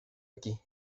aquí